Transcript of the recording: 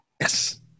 Yes